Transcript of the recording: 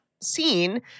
seen